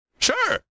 Sure